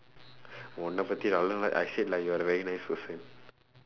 உன்ன பத்தி நல்லதா தான்:unna paththi nallathaa thaan I said like you're a very nice person